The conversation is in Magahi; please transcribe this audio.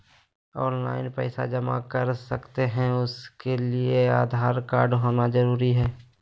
ऑनलाइन पैसा जमा कर सकते हैं उसके लिए आधार कार्ड होना जरूरी है?